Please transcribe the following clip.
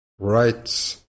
rights